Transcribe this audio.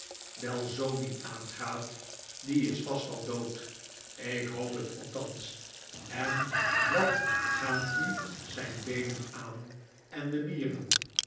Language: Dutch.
belzoni aangaat die is vast al dood ik hoop het althans en wat gaan u zyn beenen aan en die mieren